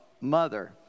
mother